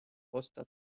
osta